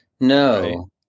No